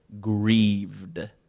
grieved